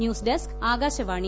news desk Akashvani